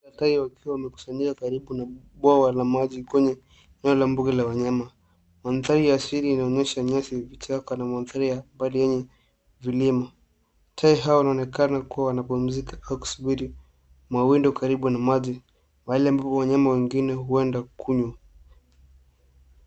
Tai wakiwa wamekusanyika karibu na bwawa la maji kwenye eneo la mbuga la wanyama. Mandhari asili yanaonyesha nyasi, vichaka na mandhari ya mabonde na vilima. Tai hao wanaonekana kuwa wanapumzika au kusubiri mawindo karibu na maji, mahali ambapo wanyama huenda kunywa.